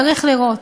צריך לראות.